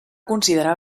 considerar